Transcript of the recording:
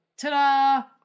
ta-da